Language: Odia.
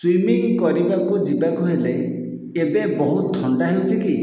ସ୍ଵିମିଂ କରିବାକୁ ଯିବାକୁ ହେଲେ ଏବେ ବହୁତ ଥଣ୍ଡା ହେଉଛି କି